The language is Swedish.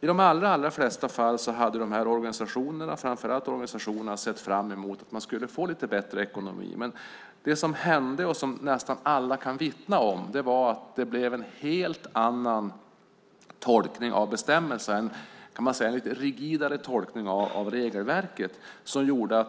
I de allra flesta fall hade framför allt dessa organisationer sett fram emot en lite bättre ekonomi. Men det som hände och som nästan alla kan vittna om var att det blev en helt annan och rigidare tolkning av regelverket.